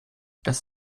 das